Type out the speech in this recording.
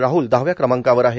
राह्ल दहाव्या क्रमांकावर आहे